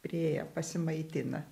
priėję pasimaitina